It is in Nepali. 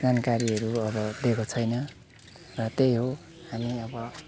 जानकारीहरू अब दिएको छैन र त्यही हो अनि अब